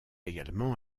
également